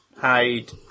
hide